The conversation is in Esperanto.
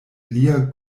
lia